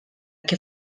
que